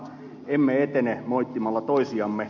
emme etene moittimalla toisiamme